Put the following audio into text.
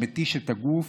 שמתיש את הגוף,